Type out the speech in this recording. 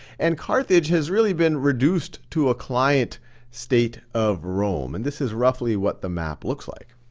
and carthage has really been reduced to a client state of rome. and this is roughly what the map looks like.